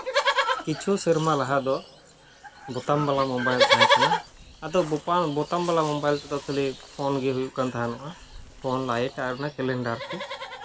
ᱠᱤᱪᱷᱩ ᱥᱮᱨᱢᱟ ᱞᱟᱦᱟ ᱫᱚ ᱵᱳᱛᱟᱢ ᱵᱟᱞᱟ ᱢᱳᱵᱟᱭᱤᱞ ᱛᱟᱦᱮᱸ ᱠᱟᱱᱟ ᱟᱫᱚ ᱵᱳᱛᱟᱢ ᱵᱟᱞᱟ ᱢᱳᱵᱟᱭᱤᱞ ᱛᱮᱫᱚ ᱠᱷᱟᱹᱞᱤ ᱯᱷᱳᱱ ᱜᱮ ᱦᱩᱭᱩᱜ ᱠᱟᱱ ᱛᱟᱦᱮᱱᱚᱜᱼᱟ ᱯᱷᱳᱱ ᱞᱟᱹᱭᱤᱴ ᱟᱨ ᱠᱮᱞᱮᱱᱰᱟᱨ ᱠᱚ